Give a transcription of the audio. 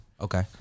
Okay